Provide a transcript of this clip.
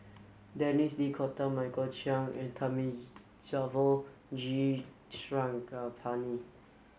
Denis D'Cotta Michael Chiang and Thamizhavel G Sarangapani